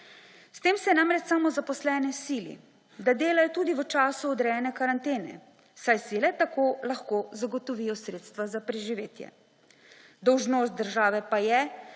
S tem se namreč samozaposlene sili, da delajo tudi v času odrejanja karantene, saj si le tako lahko zagotovijo sredstva za preživetje. Dolžnost države pa je,